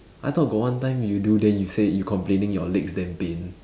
I thought got one time you do then you say you complaining your legs damn pain